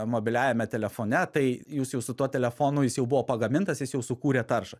mobiliajame telefone tai jūs jau su tuo telefonu jis jau buvo pagamintas jis jau sukūrė taršą